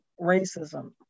racism